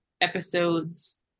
episodes